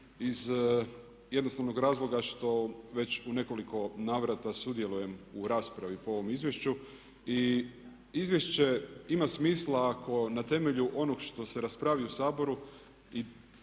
iz jednostavnog razloga što već u nekoliko navrata sudjelujem u raspravi po ovom izvješću. I izvješće ima smisla ako na temelju onog što se raspravi u Saboru